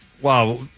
wow